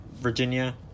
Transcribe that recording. Virginia